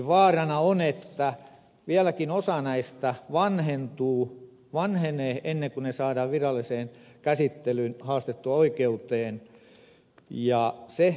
vaarana on että vieläkin osa näistä vanhenee ennen kuin ne saadaan viralliseen käsittelyyn haastettua oikeuteen